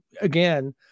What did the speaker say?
again